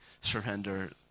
surrender